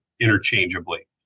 interchangeably